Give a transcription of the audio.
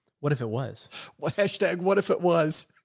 what if it was what hashtag what if it was.